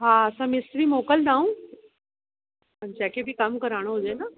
हा असां मिस्त्री मोकिलींदाऊं जेके बि कमु कराइणो हुजे न